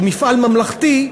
שהוא מפעל ממלכתי,